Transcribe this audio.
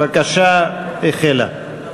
בבקשה, החלה.